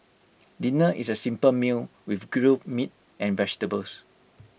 dinner is A simple meal with grilled meat and vegetables